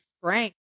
Frank